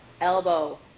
elbow